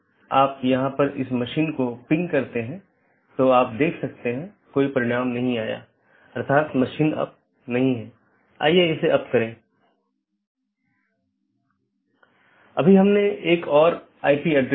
यह हर BGP कार्यान्वयन के लिए आवश्यक नहीं है कि इस प्रकार की विशेषता को पहचानें